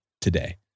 today